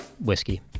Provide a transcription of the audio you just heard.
whiskey